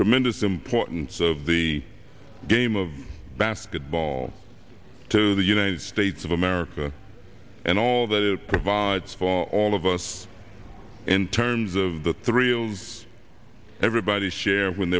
tremendous importance of the game of basketball to the united states of america and all that it provides for all of us in terms of the three of us everybody share when